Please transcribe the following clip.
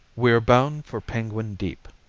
we're bound for penguin deep.